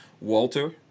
Walter